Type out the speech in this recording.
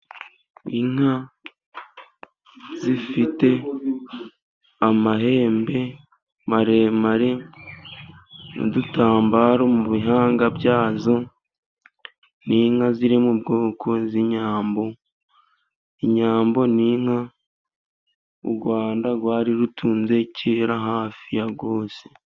Inka zifite amahembe maremare, n'udutambaro mu bihanga byazo, n'inka zirimo ubwoko z'inyambo, inyambo ni inka u Rwanda rwari rutunze kera hafi ya rwose.